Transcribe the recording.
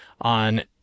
on